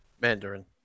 Mandarin